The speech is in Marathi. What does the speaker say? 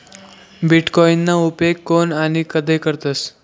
बीटकॉईनना उपेग कोन आणि कधय करतस